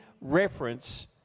reference